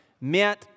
meant